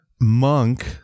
monk